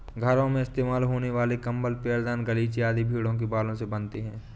घरों में इस्तेमाल होने वाले कंबल पैरदान गलीचे आदि भेड़ों के बालों से बनते हैं